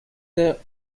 their